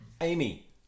Amy